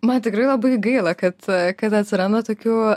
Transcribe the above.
man tikrai labai gaila kad kad atsiranda tokių